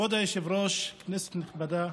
כבוד היושב-ראש, כנסת נכבדה,